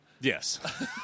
yes